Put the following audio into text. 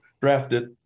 drafted